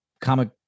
comic